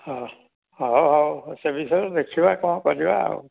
ହଁ ହଉ ହଉ ସେ ବିଷୟରେ ଦେଖିବା କ'ଣ କରିବା ଆଉ